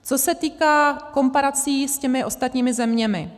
Co se týká komparací s těmi ostatními zeměmi.